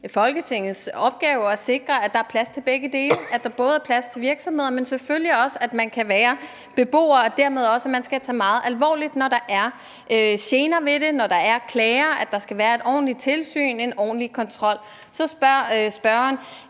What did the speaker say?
Folketingets opgave at sikre, at der er plads til begge dele, altså at der både er plads til virksomheder, men selvfølgelig også til, at der kan være beboere. Og dermed skal man også tage det meget alvorligt, når der er gener ved det og klager, og der skal være et ordentligt tilsyn, en ordentlig kontrol. Så spørger spørgeren: